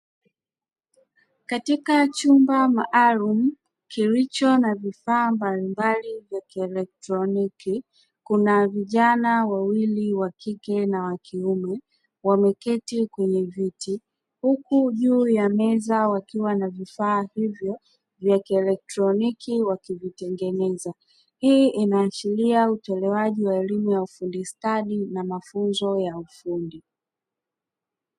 Katika chumba maalumu kilicho na vifaa mbalimbali vya kieletroniki kuna vijana wawili wa kike na wa kiume wameketi kwenye viti, huku juu ya meza wakiwa na vifaa hivyo vya kieletroniki wakivitengeneza, hii inaashiria utolewaji wa elimu ya ufundi stadi na mafunzo ya ufundi.